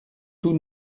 tout